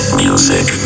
music